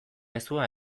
mezua